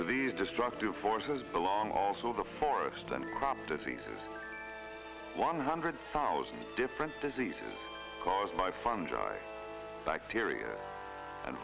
to these destructive forces belong also the forest and disease one hundred thousand different diseases caused by fungi bacteria and